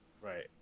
Right